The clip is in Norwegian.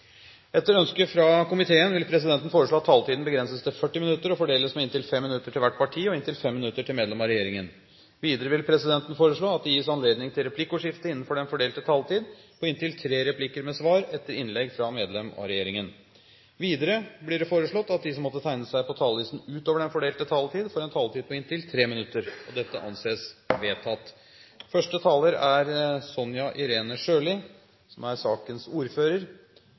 Etter ønske fra transport- og kommunikasjonskomiteen vil presidenten foreslå at taletiden begrenses til 40 minutter og fordeles med inntil 5 minutter til hvert parti og inntil 5 minutter til medlem av regjeringen. Videre vil presidenten foreslå at det gis anledning til replikkordskifte på inntil tre replikker med svar etter innlegg fra medlem av regjeringen innenfor den fordelte taletid. Videre blir det foreslått at de som måtte tegne seg på talerlisten utover den fordelte taletid, får en taletid på inntil 3 minutter. – Det anses vedtatt. Representanter fra Fremskrittspartiet har fremmet forslag som